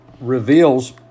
reveals